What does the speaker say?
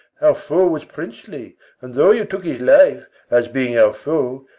our foe was princely and though you took his life, as being our foe,